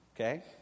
okay